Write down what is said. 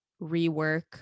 rework